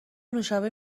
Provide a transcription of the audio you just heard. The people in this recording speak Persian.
نوشابه